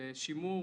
בשימור